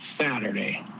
Saturday